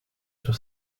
sur